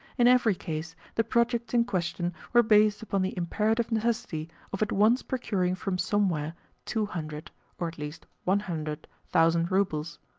in every case the projects in question were based upon the imperative necessity of at once procuring from somewhere two hundred or at least one hundred thousand roubles.